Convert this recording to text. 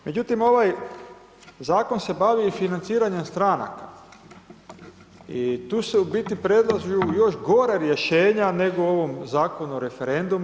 Međutim ovaj Zakon se bavi i financiranjem stranaka i tu se u biti predlažu još gora rješenja nego u ovom Zakonu o referenduma.